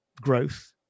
growth